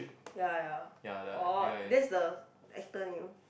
ya ya oh that's the actor name